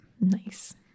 Nice